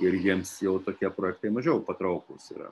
ir jiems jau tokie projektai mažiau patrauklūs yra